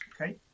Okay